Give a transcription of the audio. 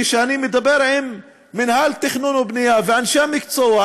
כשאני מדבר עם מינהל תכנון ובנייה ואנשי המקצוע,